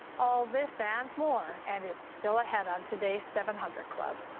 all this and more and it's still ahead on today's seven hundred club.